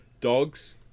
Dogs